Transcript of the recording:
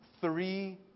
three